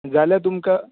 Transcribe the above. जाल्यार तुमकां